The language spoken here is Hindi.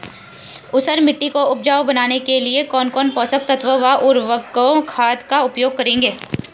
ऊसर मिट्टी को उपजाऊ बनाने के लिए कौन कौन पोषक तत्वों व उर्वरक खाद का उपयोग करेंगे?